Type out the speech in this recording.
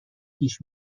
پیش